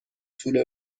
طول